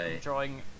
drawing